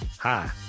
Hi